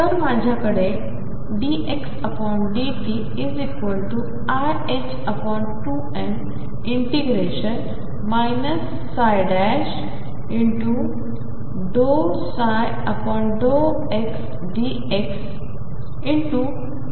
तर माझ्याकडे ddt⟨x⟩iℏ2m ∂ψ∂xdx×2शिल्लक आहे